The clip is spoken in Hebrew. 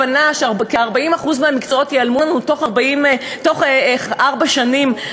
הבנה שכ-40% מהמקצועות ייעלמו לנו תוך ארבע שנים,